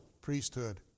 priesthood